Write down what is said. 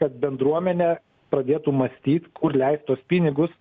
kad bendruomenė pradėtų mąstyt kur leist tuos pinigus